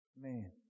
man